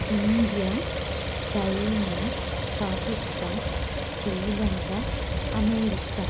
India China Pakistan Sri Lanka America